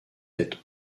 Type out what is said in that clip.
être